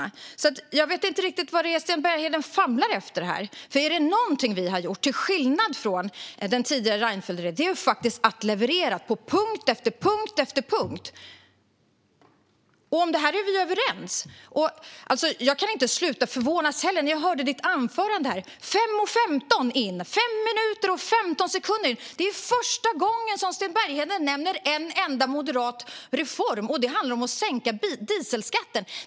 Jag vet alltså inte riktigt vad det är som Sten Bergheden famlar efter här, för är det något vi har gjort till skillnad från den tidigare Reinfeldtregeringen är det faktiskt att leverera på punkt efter punkt. Detta är vi ju överens om. Jag kan inte sluta förvånas över Sten Berghedens anförande. Först 5 minuter och 15 sekunder in i anförandet nämner Sten Bergheden en enda moderat reform, och den handlar om att sänka dieselskatten!